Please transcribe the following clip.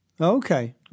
Okay